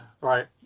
Right